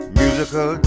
musical